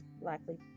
likely